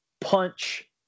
punch